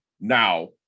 now